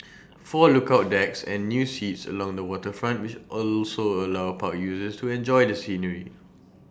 four lookout decks and new seats along the waterfront also allow park users to enjoy the scenery